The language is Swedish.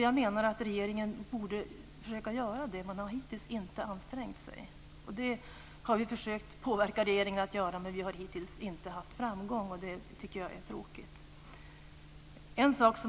Jag menar att regeringen borde försöka göra det. Hittills har regeringen inte ansträngt sig. Vi har försökt påverka regeringen att göra det, men vi har hittills inte haft någon framgång. Det är tråkigt.